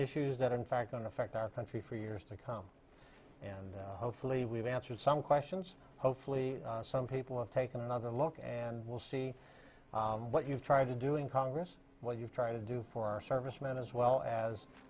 issues that in fact on affect our country for years to come and hopefully we've answered some questions hopefully some people have taken another look and we'll see what you've tried to do in congress what you're trying to do for our servicemen as well as